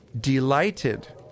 delighted